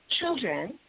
children